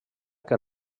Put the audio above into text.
que